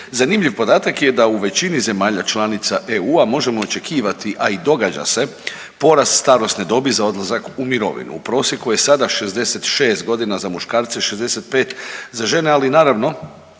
Zanimljiv podatak je da u većini zemalja članica EU-a možemo očekivati, a i događa se, porast starosne dobi za odlazak u mirovinu, u prosjeku je sada 66.g. za muškarce i 65. za žene, ali naravno